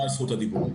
תודה על זכות הדיבור.